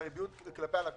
של הריביות ללקוח?